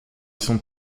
sont